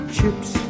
Chips